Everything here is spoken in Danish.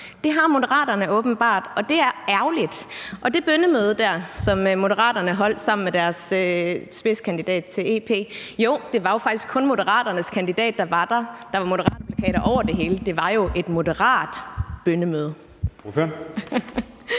Det har Moderaterne åbenbart, og det er ærgerligt. I forhold til det bønnemøde der, som Moderaterne holdt sammen med deres spidskandidat til EP, var det faktisk kun Moderaternes kandidat, der var der, og der var Moderaterneplakater over det hele – det var jo et moderat bønnemøde.